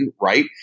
right